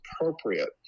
appropriate